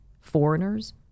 foreigners